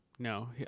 No